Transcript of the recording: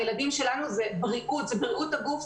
הילדים שלנו זה בריאות הגוף,